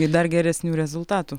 ir dar geresnių rezultatų